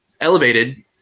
elevated